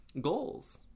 goals